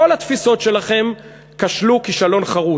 כל התפיסות שלכם כשלו כישלון חרוץ.